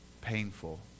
painful